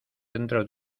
dentro